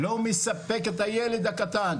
לא מספק את הילד הקטן.